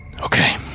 okay